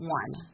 one